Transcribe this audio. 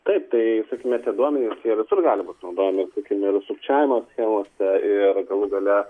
taip tai metaduomenys jie visur gali būti naudojami sakykim ir sukčiavimo schemose ir galų gale